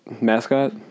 Mascot